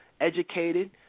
educated